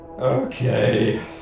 Okay